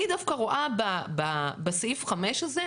אני דווקא רואה בסעיף 5 הזה,